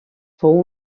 fou